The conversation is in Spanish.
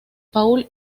paul